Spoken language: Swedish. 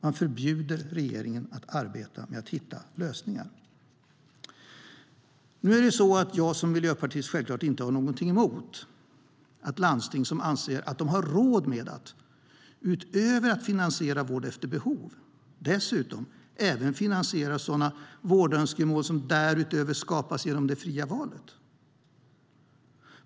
Man förbjuder regeringen att arbeta med att hitta lösningar. Jag som miljöpartist har självklart ingenting emot att landsting som anser att de har råd att utöver att finansiera vård efter behov dessutom finansierar sådana vårdönskemål som skapas genom det fria valet.